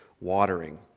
watering